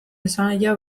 esanahia